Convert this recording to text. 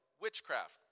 witchcraft